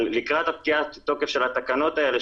אבל לקראת פקיעת תוקף של התקנות האלה,